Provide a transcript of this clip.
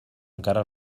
encara